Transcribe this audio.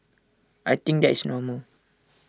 I think that is normal